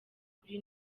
kuri